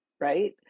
right